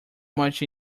much